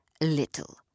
little